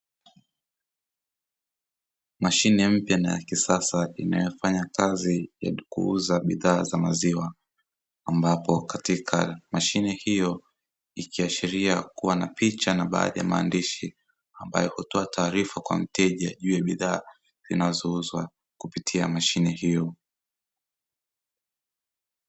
Mashine mpya na ya kisasa inayofanya kazi ya kuuza bidhaa za maziwa, ambapo katika mashine hiyo ikiashiria kuwa na picha na baadhi ya maandishi, ambayo hutoa taarifa kwa mteja, juu ya bidhaa zinazouzwa kupitia mashine hiyo.